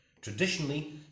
Traditionally